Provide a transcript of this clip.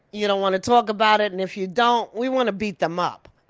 you don't wanna talk about it. and if you don't, we wanna beat them up.